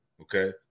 okay